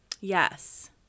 yes